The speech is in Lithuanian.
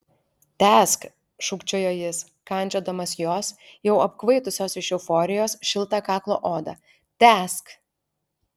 tęsk šūkčiojo jis kandžiodamas jos jau apkvaitusios iš euforijos šiltą kaklo odą tęsk